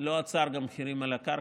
לא עצר גם את המחירים על הקרקע,